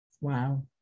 wow